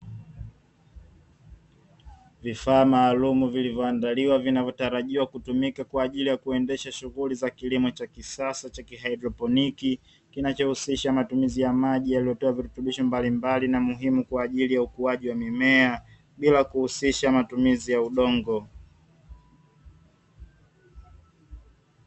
Vifaa maalumu vilivyoandaliwa, vinavyotarajiwa kutumika kwa ajili ya kuendesha shughuli za kilimo cha kisasa cha haidroponi, kinachohusisha matumizi ya maji na yaliyotiwa virutubisho mbalimbali na muhimu kwa ajili ya ukuaji wa mimea, bila kuhususisha matumizi ya udongo.